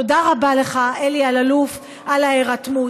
תודה רבה לך, אלי אלאלוף, על ההירתמות.